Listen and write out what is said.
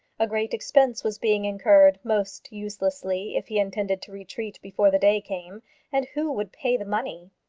a great expense was being incurred most uselessly, if he intended to retreat before the day came and who would pay the money?